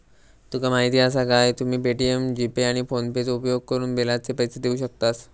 तुका माहीती आसा काय, तुम्ही पे.टी.एम, जी.पे, आणि फोनेपेचो उपयोगकरून बिलाचे पैसे देऊ शकतास